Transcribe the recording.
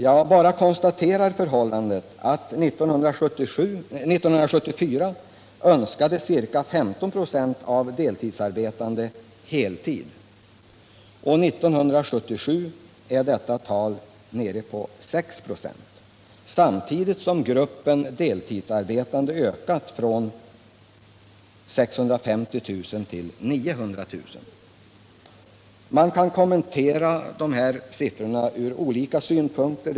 Jag bara konstaterar förhållandet att 1974 önskade ca 15 96 deltidsarbetande heltid, medan år 1977 detta tal är nere på 6 26, samtidigt som gruppen deltidsarbetande ökat från 650 000 till 900 000. Man kan kommentera de här siffrorna ur olika synpunkter.